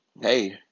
hey